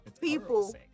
people